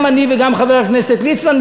גם אני וגם חבר הכנסת ליצמן,